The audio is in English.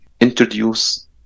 introduce